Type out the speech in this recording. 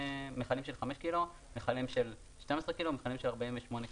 מכלים של 12 קילו, מכלים של 48 קילו.